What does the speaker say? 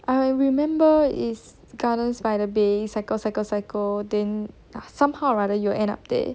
I remember is gardens by the bay cycle cycle cycle then somehow or rather you end up there